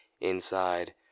inside